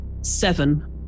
Seven